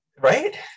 Right